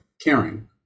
caring